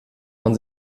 man